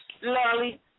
lolly